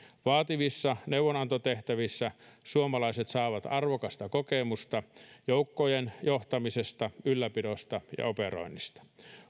vaativissa neuvonantotehtävissä suomalaiset saavat arvokasta kokemusta joukkojen johtamisesta ylläpidosta ja operoinnista